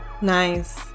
nice